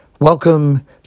Welcome